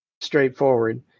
straightforward